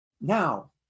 Now